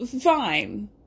fine